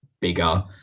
bigger